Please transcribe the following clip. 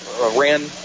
ran